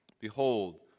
Behold